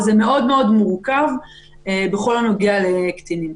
זה דבר מאוד מורכב בכל הנוגע לקטינים.